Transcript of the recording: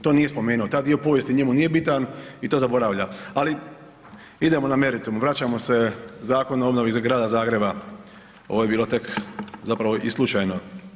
To nije spomenu taj dio povijesti njemu nije bitan i to zaboravlja, ali idemo na meritum vraćamo se Zakonu o obnovi Grada Zagreba, ovo je bilo tek zapravo i slučajno.